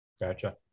Gotcha